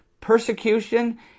persecution